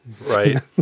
Right